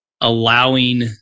allowing